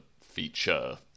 feature